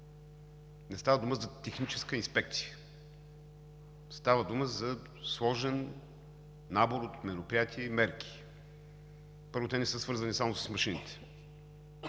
не става дума за техническа инспекция. Става дума за сложен набор от мероприятия и мерки. Първо, те не са свързани само с машините